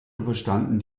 überstanden